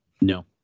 No